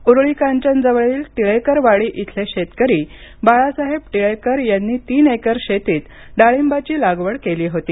उरुळी कांचनजवळील टिळेकर वाडी इथले शेतकरी बाळासाहेब टिळेकर यांच्या तीन एकर शेतीत डाळिंबाची लागवड केली होती